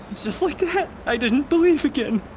just like that, i didn't believe again